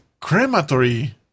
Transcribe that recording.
Crematory